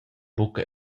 buca